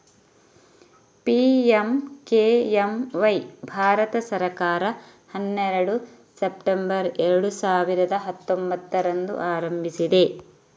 PMKMY Bharat ಸರ್ಕಾರ ಹನ್ನೆರಡು September ಎರಡು ಸಾವಿರದ ಹತ್ತೊಂಭತ್ತರಂದು ಆರಂಭಿಸಿದೆ